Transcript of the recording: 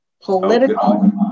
Political